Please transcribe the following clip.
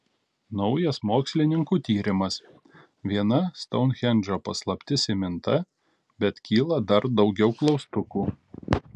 naujas mokslininkų tyrimas viena stounhendžo paslaptis įminta bet kyla dar daugiau klaustukų